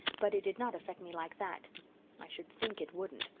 but it did not affect me like that i should think it wouldn't!